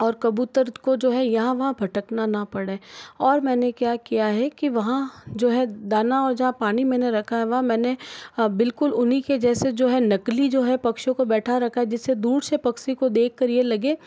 और कबूतर को जो है यहाँ वहाँ भटकना न पड़े और मैंने क्या किया है कि वहाँ जो है दाना और जहाँ पानी मैंने रखा है वहाँ मैंने बिल्कुल उन्हीं के जैसे जो है नकली जो है पक्षियों को बैठा रखा है जिससे दूर से पक्षी को देखकर ये लगे